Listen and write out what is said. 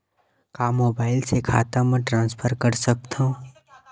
का मोबाइल से खाता म ट्रान्सफर कर सकथव?